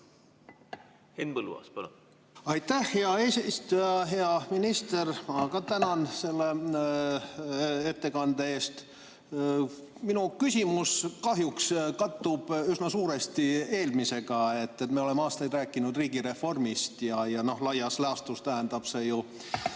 Henn Põlluaas, palun! Aitäh, hea eesistuja! Hea minister, ma ka tänan selle ettekande eest! Minu küsimus kahjuks kattub üsna suuresti eelmisega. Me oleme aastaid rääkinud riigireformist ja laias laastus tähendab see ju